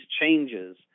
changes